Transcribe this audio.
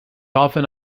often